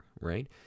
Right